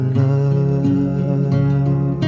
love